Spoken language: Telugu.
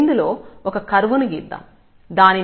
ఇందులో ఒక కర్వ్ ను గీద్దాం దానిని yf అనుకుందాం